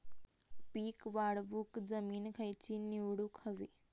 पीक वाढवूक जमीन खैची निवडुक हवी?